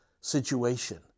situation